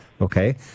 Okay